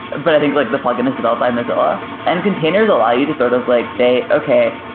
but i think like the plugin is developed by mozilla. and containers allow you to sort of like say, okay,